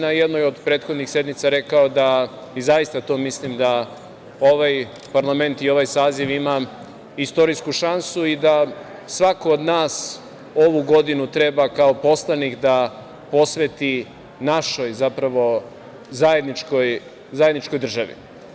Na jednoj od prethodnih sednica sam rekao da ovaj parlament i ovaj saziv ima istorijsku šansu i da svako od nas ovu godinu treba da, kao poslanik, posveti našoj, zajedničkoj državi.